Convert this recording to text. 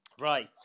Right